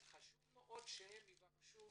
חשוב שהם יבקשו